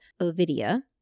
Ovidia